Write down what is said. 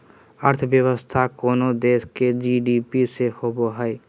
अर्थव्यवस्था कोनो देश के जी.डी.पी से होवो हइ